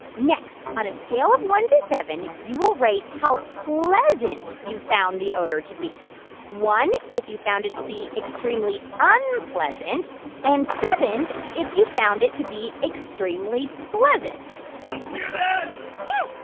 next, on a scale of one to seven, you will rate how pleasant you found the odor to be one if you found it to be extremely unpleasant and seven if you found it to be extremely pleasant let's do yeah